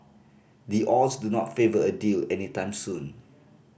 the odds do not favour a deal any time soon